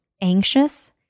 anxious